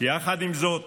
יחד עם זאת,